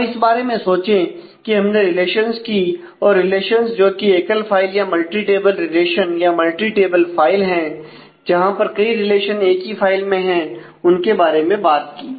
अब इस बारे में सोचें कि हमने रिलेशंस की और रिलेशंस जो कि एकल फाइल या मल्टी टेबल रिलेशन या मल्टी टेबल फाइल है जहां पर कई रिलेशन एक ही फाइल में है उनके बारे में बात की